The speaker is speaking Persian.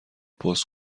پست